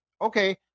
Okay